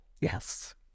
Yes